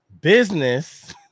Business